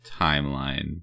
timeline